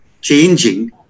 changing